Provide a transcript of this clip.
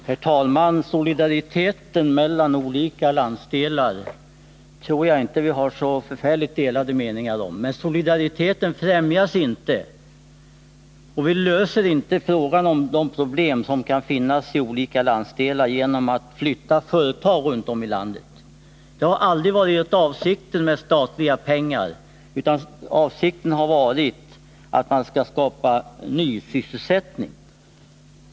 Herr talman! När det gäller solidariteten mellan olika landsdelar tror jag inte att vi har så delade meningar. Men vi främjar inte solidariteten och vi löser inte de problem som kan finnas i olika landsdelar genom att flytta företag runt om i landet. Avsikten har aldrig varit att använda statliga pengar på det sättet, utan avsikten har varit att skapa nysysselsättning.